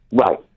Right